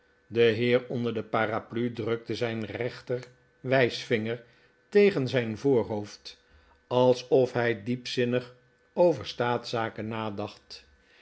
de heer onder de paraplu drukte zijn rechterwijsvinger tegen zijn voorhoofd alsof hij diepzinnig over staatszaken nadacht